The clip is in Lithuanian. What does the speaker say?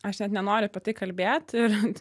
aš net nenoriu apie tai kalbėt ir